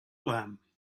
them